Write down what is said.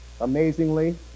Amazingly